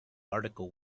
article